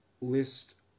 list